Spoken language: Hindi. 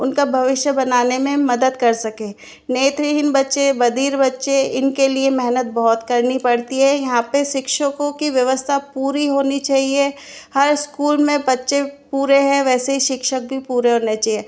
उनका भविष्य बनाने में मदद कर सके नेत्रहीन बच्चे बधिर बच्चे इनके लिए मेहनत बहुत करनी पड़ती है यहाँ पर शिक्षकों की व्यवस्था पूरी होनी चाहिए हर स्कूल में बच्चे पूरे हैं वैसे ही शिक्षक भी पूरे होने चाहिए